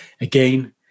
Again